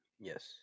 yes